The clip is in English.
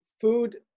food